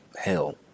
hell